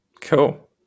Cool